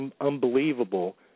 unbelievable